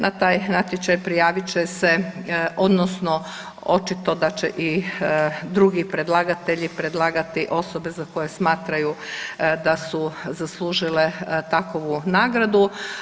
Na taj natječaj prijavit će se, odnosno očito da će i drugi predlagatelji predlagati osobe za koje smatraju da su zaslužile takovu nagradu.